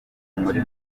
muri